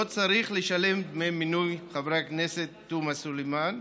לא צריך לשלם דמי מינוי, חברת הכנסת תומא סלימאן.